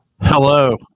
Hello